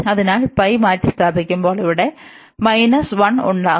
അതിനാൽ മാറ്റിസ്ഥാപിക്കുമ്പോൾ അവിടെ 1 ഉണ്ടാകും